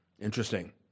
Interesting